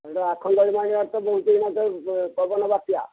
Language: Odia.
ଏବେ ଆଖଣ୍ଡଳମଣି ଆଡ଼େ ତ ବହୁତ ଏଇନା ତ ପବନ ବାତ୍ୟା